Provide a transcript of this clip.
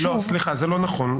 זה לא נכון,